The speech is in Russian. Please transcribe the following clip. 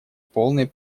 полной